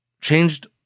changed